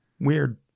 weird